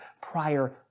prior